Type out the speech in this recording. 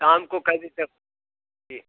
शाम को कै बजे तक जी